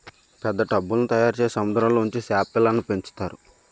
పెద్ద టబ్బుల్ల్ని తయారుచేసి సముద్రంలో ఉంచి సేప పిల్లల్ని పెంచుతారు